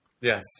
Yes